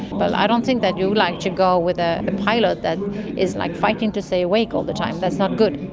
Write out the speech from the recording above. but i don't think that you'd like to go with a pilot that is like fighting to stay awake all the time, that's not good.